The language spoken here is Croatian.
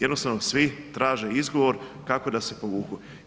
Jednostavno svi traže izgovor kako da se povuku.